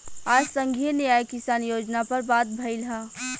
आज संघीय न्याय किसान योजना पर बात भईल ह